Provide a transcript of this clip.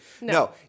No